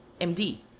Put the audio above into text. m d.